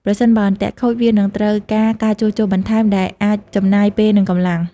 ប្រសិនបើអន្ទាក់ខូច វានឹងត្រូវការការជួសជុលបន្ថែម ដែលអាចចំណាយពេលនិងកម្លាំង។